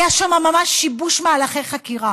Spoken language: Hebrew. היה שם ממש שיבוש מהלכי חקירה.